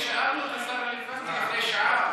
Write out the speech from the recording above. שאלנו את השר הרלוונטי לפני שעה.